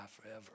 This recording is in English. forever